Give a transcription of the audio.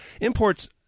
imports